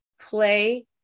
play